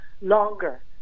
longer